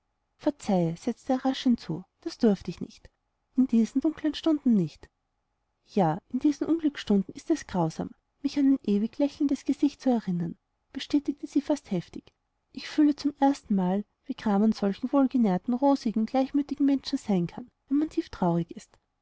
verzeihe setzte er rasch hinzu das durfte ich nicht in diesen dunklen stunden nicht ja in diesen unglücksstunden ist es grausam mich an ein ewig lächelndes gesicht zu erinnern bestätigte sie fast heftig ich fühle zum erstenmal wie gram man solchen wohlgenährten rosigen gleichmütigen menschen sein kann wenn man tieftraurig ist